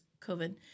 COVID